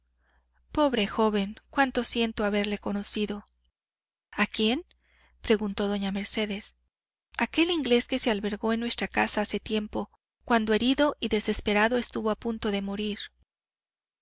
pobre joven cuánto siento haberle conocido a quién preguntó doña mercedes a aquel inglés que se albergó en nuestra casa hace tiempo cuando herido y desesperado estuvo a punto de morir